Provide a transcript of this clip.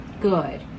good